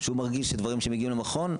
שהוא מרגיש שדברים שמגיעים למכון,